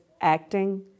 acting